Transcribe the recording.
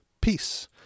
peace